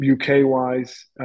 UK-wise